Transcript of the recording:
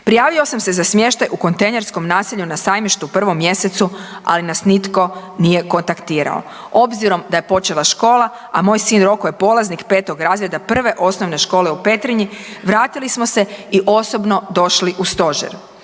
Prijavio sam se za smještaj u kontejnerskom naselju na Sajmištu u prvom mjesecu, ali nas nitko nije kontaktirao. Obzirom da je počela škola, a moj sin je polaznik petog razreda Prve osnovne škole u Petrinji vratili smo se i osobno došli u Stožer.